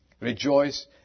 Rejoice